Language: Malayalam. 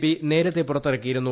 പി നേരത്തെ പുറത്തിറക്കിയിരുന്നു